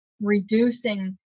reducing